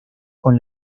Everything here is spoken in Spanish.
con